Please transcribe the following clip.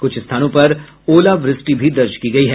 क्छ स्थानों पर ओलावृष्टि भी दर्ज की गयी है